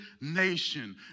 nation